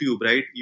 right